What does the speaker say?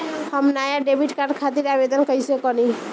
हम नया debit card खातिर आवेदन कईसे करी?